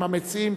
עם המציעים,